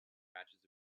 patches